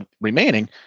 remaining